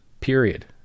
period